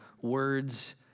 Words